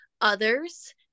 Others